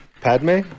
Padme